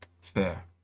Fair